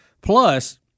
Plus